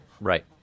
right